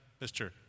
Mr